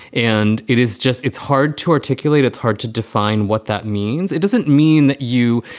and it is just it's hard to articulate. it's hard to define what that means. it doesn't mean that you,